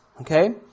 okay